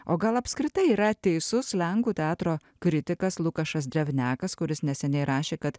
o gal apskritai yra teisus lenkų teatro kritikas lukašas drevnekas kuris neseniai rašė kad